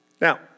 Now